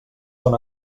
són